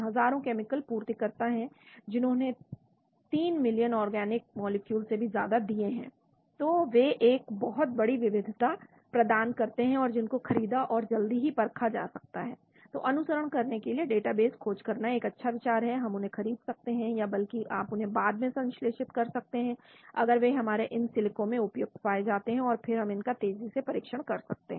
हजारों केमिकल पूर्तिकर्ता है जिन्होंने 3 मिलियन ऑर्गेनिक मॉलिक्यूल दिए हैं तो वे एक बहुत बड़ी विविधता प्रदान करते हैं और जिनको खरीदा और जल्दी ही परखा जा सकता है तो अनुसरण करने के लिए डेटाबेस खोज करना एक अच्छा विचार है हम उन्हें खरीद सकते हैं या बल्कि आप उन्हें बाद में संश्लेषित कर सकते हैं अगर वे हमारे इन सिलिको में उपयुक्त पाए जाते हैं और फिर हम इनका तेजी से परीक्षण कर सकते हैं